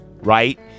right